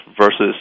versus